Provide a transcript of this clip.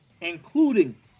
including